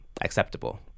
acceptable